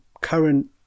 current